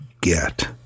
get